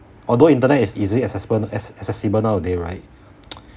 although internet is easily accessible ac~ accessible nowaday right